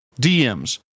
DMs